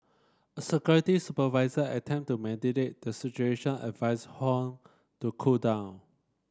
a security supervisor attempted to mediate the situation and advised Huang to cool down